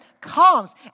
comes